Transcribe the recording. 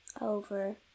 over